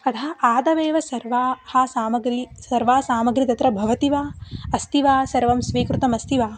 अतः आदावेव सर्वाः सामग्र्यः सर्वाः सामग्र्यः तत्र भवन्ति वा अस्ति वा सर्वं स्वीकृतमस्ति वा